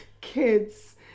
kids